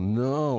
no